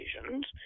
occasions